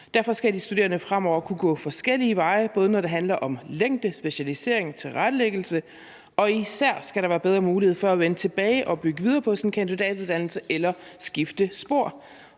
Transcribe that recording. Derfor skal de studerende fremover kunne gå forskellige veje, både når det handler om længde, specialisering og tilrettelæggelse, og især skal der være bedre muligheder for at vende tilbage og bygge videre på sin kandidatuddannelse eller skifte spor.